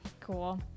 Cool